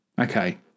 Okay